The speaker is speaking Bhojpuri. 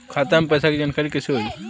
खाता मे पैसा के जानकारी कइसे होई?